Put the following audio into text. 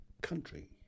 country